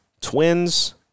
Twins